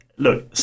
Look